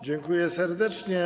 Dziękuję serdecznie.